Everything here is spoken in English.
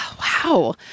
Wow